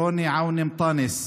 רוני עווני מטאנס,